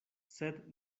sed